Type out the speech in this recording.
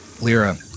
Lyra